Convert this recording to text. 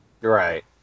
Right